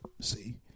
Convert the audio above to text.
See